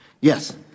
Yes